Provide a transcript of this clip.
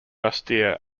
austere